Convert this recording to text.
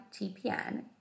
TPN